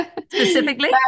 specifically